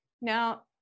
Now